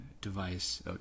device